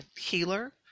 healer